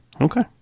Okay